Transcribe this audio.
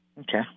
Okay